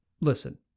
listen